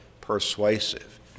persuasive